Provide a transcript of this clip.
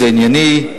זה ענייני,